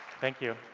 thank you.